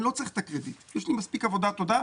אני לא צריך את הקרדיט, יש לי מספיק עבודה, תודה.